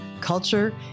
culture